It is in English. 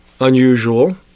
unusual